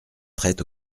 trait